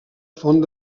font